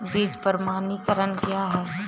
बीज प्रमाणीकरण क्या है?